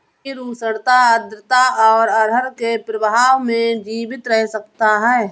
खमीर उष्णता आद्रता और आहार के अभाव में जीवित रह सकता है